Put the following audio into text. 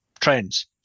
trends